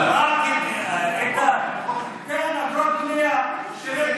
כן, אגרות בנייה.